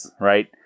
right